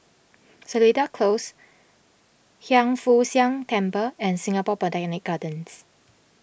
Seletar Close Hiang Foo Siang Temple and Singapore Botanic Gardens